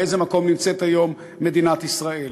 באיזה מקום נמצאת היום מדינת ישראל.